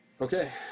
Okay